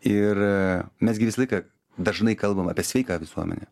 ir a mes gi visą laiką dažnai kalbam apie sveiką visuomenę